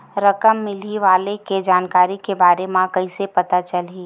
रकम मिलही वाले के जानकारी के बारे मा कइसे पता चलही?